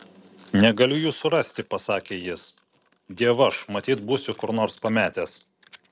negaliu jų surasti pasakė jis dievaž matyt būsiu kur nors pametęs